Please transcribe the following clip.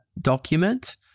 document